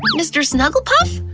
mr. snuggle puff?